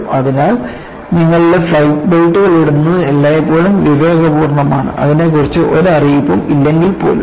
അതിനാൽ നിങ്ങളുടെ ഫ്ലൈറ്റ് ബെൽറ്റുകൾ ഇടുന്നത് എല്ലായ്പ്പോഴും വിവേകപൂർണ്ണമാണ് അതിനെക്കുറിച്ച് ഒരു അറിയിപ്പും ഇല്ലെങ്കിൽ പോലും